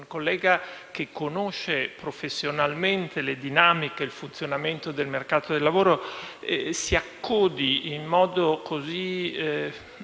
un collega che come lui conosce professionalmente le dinamiche e il funzionamento del mercato del lavoro si accodi, in modo così